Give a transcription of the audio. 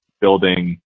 building